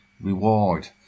reward